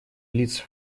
лиц